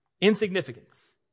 insignificance